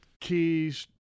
keys